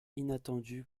inattendu